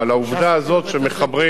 לעובדה הזאת שמחברים.